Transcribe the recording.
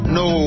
no